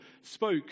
spoke